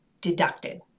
deducted